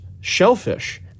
shellfish